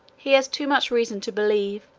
he has too much reason to believe,